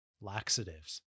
laxatives